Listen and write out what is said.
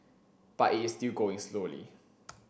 but it is still going slowly